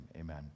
amen